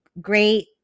great